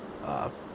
uh